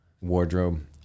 wardrobe